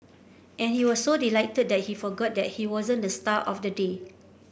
and he was so delighted that he forgot that he wasn't the star of the day